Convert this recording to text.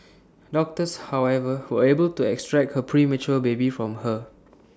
doctors however were able to extract her premature baby from her